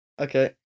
Okay